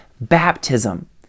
baptism